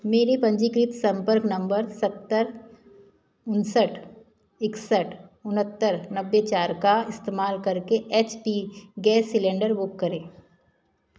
मेरे पंजीकृत संपर्क नम्बर सात जीरो पाँच नौ छः एक सात नौ नौ जीरो चार का इस्तेमाल करके H P gas cylinder book करें